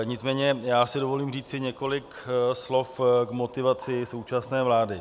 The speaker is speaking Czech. Nicméně si dovolím říci několik slov k motivaci současné vlády.